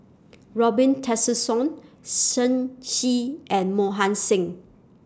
Robin Tessensohn Shen Xi and Mohan Singh